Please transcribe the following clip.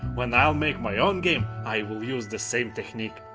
when i'll make my own game i will use the same technique.